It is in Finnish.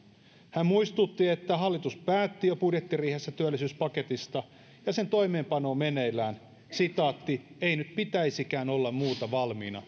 hän muistutti että hallitus päätti jo budjettiriihessä työllisyyspaketista ja sen toimeenpano on meneillään ei nyt pitäisikään olla muuta valmiina